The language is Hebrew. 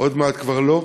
עוד מעט כבר לא,